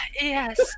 Yes